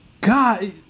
God